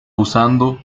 usando